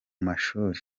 mashuri